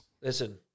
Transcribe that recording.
Listen